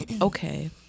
okay